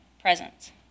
presence